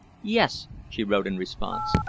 yes, she wrote in response.